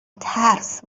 ترس